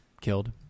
Killed